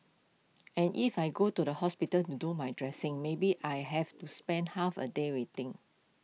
and if I go to the hospital to do my dressing maybe I have to spend half A day waiting